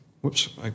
Whoops